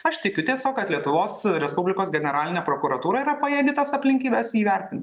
aš tikiu tiesiog kad lietuvos respublikos generalinė prokuratūra yra pajėgi tas aplinkybes įvertint